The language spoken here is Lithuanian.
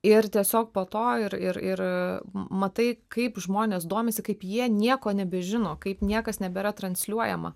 ir tiesiog po to ir ir ir matai kaip žmonės domisi kaip jie nieko nebežino kaip niekas nebėra transliuojama